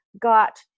got